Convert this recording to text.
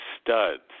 studs